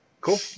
Cool